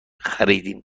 خریدیم